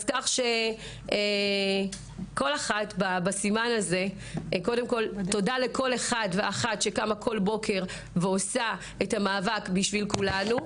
אז תודה לכל אחת ואחת שקמה כל בוקר ועושה את המאבק בשביל כולנו.